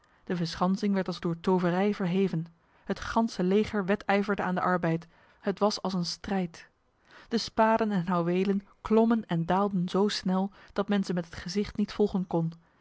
de verschansing werd als door toverij verheven het ganse leger wedijverde aan de arbeid het was als een strijd de spaden en houwelen klommen en daalden zo snel dat men ze met het gezicht niet volgen kon